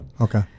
Okay